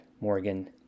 Morgan